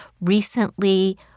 recently